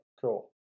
cool